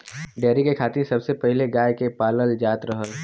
dairy के खातिर सबसे पहिले गाय के पालल जात रहल